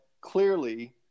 clearly